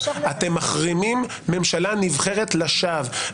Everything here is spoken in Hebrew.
אתם מחרימים ממשלה נבחרת לשווא.